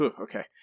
okay